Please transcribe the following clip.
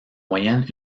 moyenne